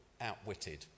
Outwitted